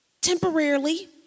temporarily